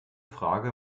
frage